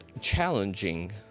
challenging